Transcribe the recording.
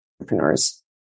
entrepreneurs